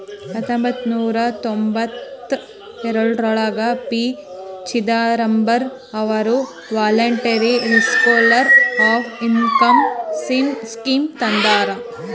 ಹತೊಂಬತ್ತ ನೂರಾ ತೊಂಭತ್ತಯೋಳ್ರಾಗ ಪಿ.ಚಿದಂಬರಂ ಅವರು voluntary disclosure of income scheme ತಂದಾರ